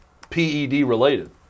PED-related